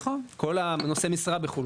כל נושאי המשרה בחו"ל,